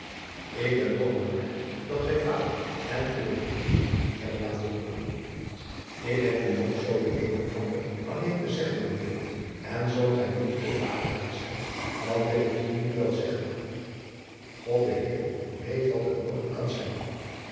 ik ben toch maar blij dat wij vader en uwe broêrs niet hebben laten roepen ik heb u nog zoo het een en ander alleen te zeggen mijn kind en zoo gij niet te vakerig zijt dan wil ik het u nu wel zeggen god de heer weet wat het morgen kan zijn